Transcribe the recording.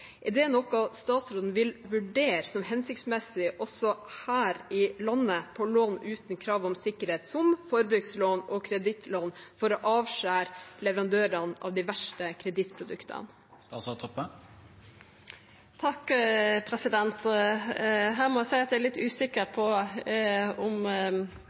Er det noe statsråden vil vurdere som hensiktsmessig også her i landet på lån uten krav om sikkerhet, som forbrukslån og kredittlån, for å avskjære leverandørene av de verste kredittproduktene? Her må eg seia at eg er litt usikker på om